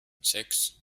sechs